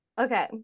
Okay